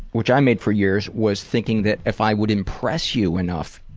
which i made for years, was thinking that if i would impress you enough,